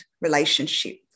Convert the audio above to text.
relationship